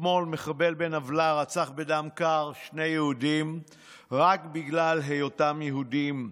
אתמול מחבל בן עוולה רצח בדם קר שני יהודים רק בגלל היותם יהודים,